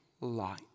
light